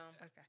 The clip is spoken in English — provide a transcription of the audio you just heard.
Okay